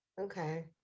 Okay